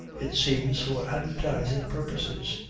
it seems for advertising purposes.